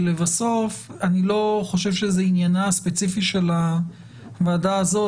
לבסוף אני לא חושב שזה עניינה הספציפי של הועדה הזו,